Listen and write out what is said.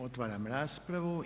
Otvaram raspravu.